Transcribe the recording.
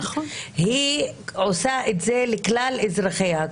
היא עושה את זה לכלל אזרחיה,